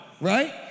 right